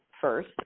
first